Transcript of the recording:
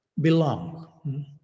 belong